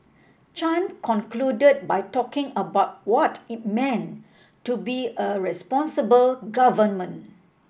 Chan concluded by talking about what it meant to be a responsible government